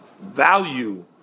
value